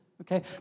okay